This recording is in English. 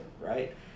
right